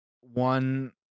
one